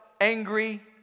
angry